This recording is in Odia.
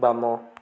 ବାମ